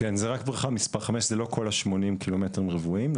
זה לא כל ה- 80 קילומטרים רבועים,